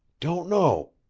don't know,